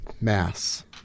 Mass